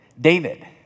David